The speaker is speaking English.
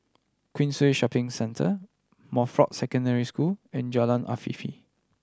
Queensway Shopping Centre Montfort Secondary School and Jalan Afifi